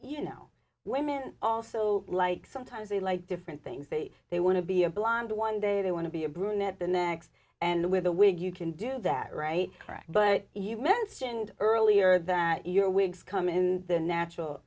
you know women also like sometimes they like different things they they want to be a blonde one day they want to be a brunette the next and with a wig you can do that right correct but you mentioned earlier that your wigs come in the natural